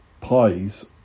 Pies